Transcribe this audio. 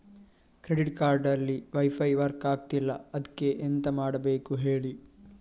credit card ಅಲ್ಲಿ wifi work ಆಗ್ತಿಲ್ಲ ಅದ್ಕೆ ಎಂತ ಮಾಡಬೇಕು ಹೇಳಿ